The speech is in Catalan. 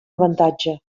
avantatge